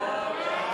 סעיפים 1 7